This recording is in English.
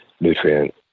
nutrient